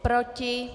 Proti?